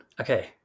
Okay